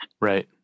Right